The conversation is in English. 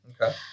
Okay